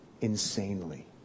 insanely